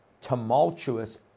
tumultuous